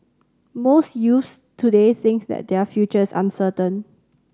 most youths today think that their futures are uncertain